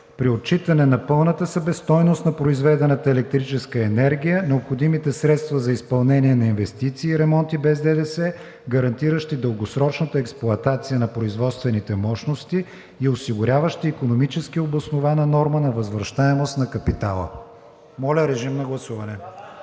при отчитане на пълната себестойност на произведената електрическа енергия необходимите средства за изпълнение на инвестиции и ремонти без ДДС, гарантиращи дългосрочната експлоатация на производствените мощности и осигуряващи икономически обоснована норма на възвръщаемост на капитала.“ Гласували